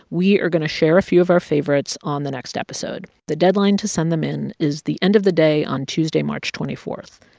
we are going to share a few of our favorites on the next episode. the deadline to send them in is the end of the day on tuesday, march twenty four.